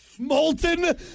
Molten